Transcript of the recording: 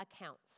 accounts